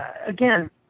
again